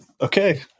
Okay